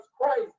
Christ